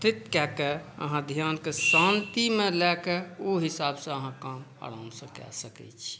चित कय कऽ अहाँ ध्यानके शांतिमे लाबिके ओ हिसाबे अहाँ काम अभी सॅं कय सकै छी